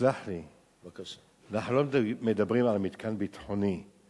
תסלח לי, אנחנו לא מדברים על מתקן ביטחוני.